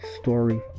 story